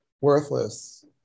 worthless